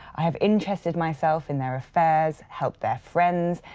i have interested myself in their affairs, helped their friends,